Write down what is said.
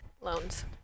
Loans